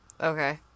okay